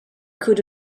could